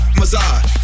massage